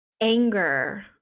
anger